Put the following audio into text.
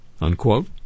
unquote